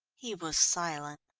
he was silent.